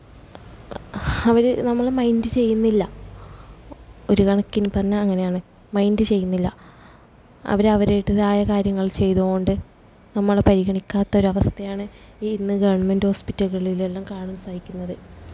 അവർ നമ്മളുടെ മൈന്ഡ് ചെയ്യുന്നില്ല ഒരു കണക്കിനു പറഞ്ഞാൽ അങ്ങനെയാണ് മൈന്ഡ് ചെയ്യുന്നില്ല അവരവരുടേതായ കാര്യങ്ങള് ചെയ്തു കൊണ്ട് നമ്മളെ പരിഗണിക്കാത്തൊരവസ്ഥയാണ് ഈ ഇന്ന് ഗവണ്മെന്റ് ഹോസ്പിറ്റലുകളിലെല്ലാം കാണാന് സാധിക്കുന്നത്